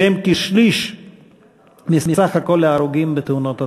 שהם כשליש מסך כל ההרוגים בתאונות הדרכים.